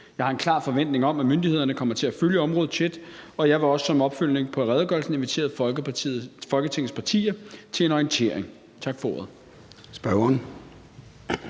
Jeg har en klar forventning om, at myndighederne kommer til at følge området tæt, og jeg vil også som opfølgning på redegørelsen invitere Folketingets partier til en orientering. Tak for ordet.